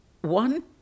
one